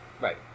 Right